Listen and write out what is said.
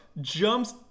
jumps